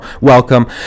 welcome